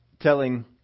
telling